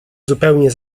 zupełnie